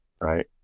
Right